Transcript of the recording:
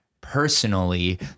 personally